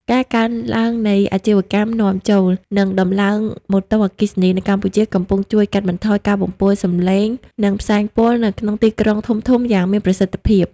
ការកើនឡើងនៃអាជីវកម្មនាំចូល និងដំឡើងម៉ូតូអគ្គិសនី នៅកម្ពុជា កំពុងជួយកាត់បន្ថយការបំពុលសម្លេង និងផ្សែងពុលនៅក្នុងទីក្រុងធំៗយ៉ាងមានប្រសិទ្ធភាព។